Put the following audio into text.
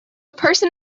person